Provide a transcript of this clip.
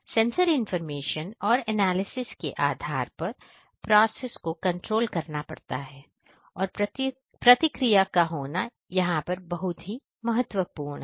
sensor information और analysis के आधार पर प्रोसेस को कंट्रोल करना पड़ता है और प्रतिक्रिया का होना यहां पर बहुत महत्वपूर्ण है